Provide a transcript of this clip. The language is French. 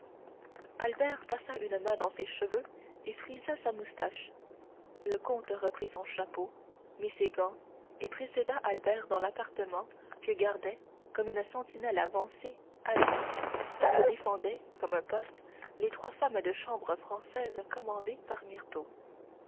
albert passa une main dans ses cheveux et frisa sa moustache le comte reprit son chapeau mit ses gants et précéda albert dans l'appartement que gardait comme une sentinelle avancée ali et que défendaient comme un poste les trois femmes de chambre françaises commandées par myrtho